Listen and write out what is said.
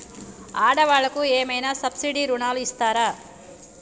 ఆడ వాళ్ళకు ఏమైనా సబ్సిడీ రుణాలు ఇస్తారా?